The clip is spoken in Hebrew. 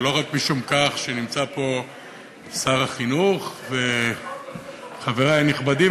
ולא רק משום כך שנמצאים פה שר החינוך וחברי הנכבדים,